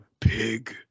pig